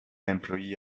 employee